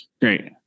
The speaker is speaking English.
great